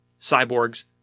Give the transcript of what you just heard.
cyborgs